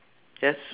just